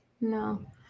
No